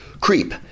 creep